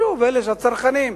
שוב, הצרכנים,